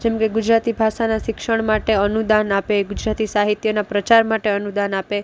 જેમકે ગુજરાતી ભાષાના શિક્ષણ માટે અનુદાન આપે ગુજરાતી સાહિત્યના પ્રચાર માટે અનુદાન આપે